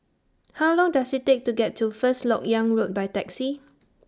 How Long Does IT Take to get to First Lok Yang Road By Taxi